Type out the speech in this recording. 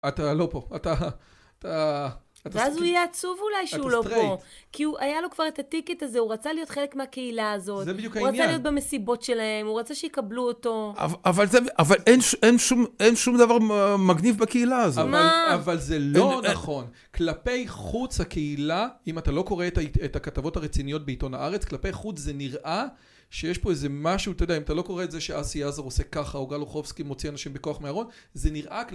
אתה לא פה, אתה... אתה סטרייט. ואז הוא יהיה עצוב אולי שהוא לא פה. כי הוא היה לו כבר את הטיקט הזה, הוא רצה להיות חלק מהקהילה הזאת. זה בדיוק העניין. הוא רצה להיות במסיבות שלהם, הוא רצה שיקבלו אותו. אבל אין, אבל אין שום דבר מגניב בקהילה הזאת. מה? אבל זה לא נכון. כלפי חוץ, הקהילה, אם אתה לא קורא את הכתבות הרציניות בעיתון הארץ, כלפי חוץ זה נראה שיש פה איזה משהו, אתה יודע, אם אתה לא קורא את זה שאסי עזר עושה ככה, או גל אוחובסקי מוציא אנשים בכוח מהארון, זה נראה...